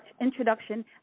introduction